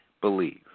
believe